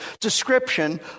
description